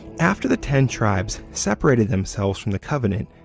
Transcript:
after the ten tribes separated themselves from the covenant,